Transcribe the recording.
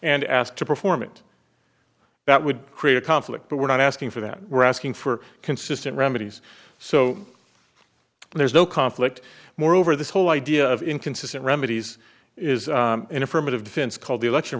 and ask to performant that would create a conflict but we're not asking for that we're asking for consistent remedies so there's no conflict moreover this whole idea of inconsistent remedies is an affirmative defense called the election